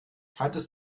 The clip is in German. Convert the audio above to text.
hattest